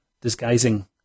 disguising